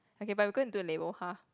okay but we're gonna do a ha